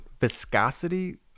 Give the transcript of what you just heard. viscosity